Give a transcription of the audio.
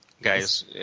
Guys